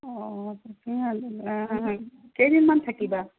অঁ কেইদিন মান থাকিবা